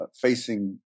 facing